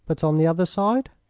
but on the other side?